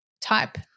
type